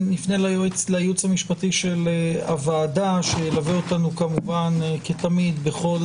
נפנה לייעוץ המשפטי של הוועדה שילווה אותנו כתמיד בכל